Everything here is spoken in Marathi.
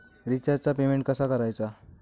रिचार्जचा पेमेंट कसा करायचा?